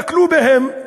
בעטו בהם,